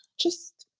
just.